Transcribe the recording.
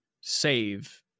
save